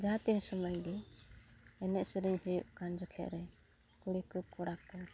ᱡᱟᱦᱟᱸᱛᱤᱥ ᱥᱚᱢᱚᱭ ᱜᱮ ᱮᱱᱮᱡ ᱥᱤᱨᱤᱧ ᱦᱩᱭᱩᱜ ᱠᱟᱱ ᱡᱚᱠᱷᱮᱡ ᱠᱩᱲᱤ ᱠᱚ ᱠᱚᱲᱟ ᱠᱚ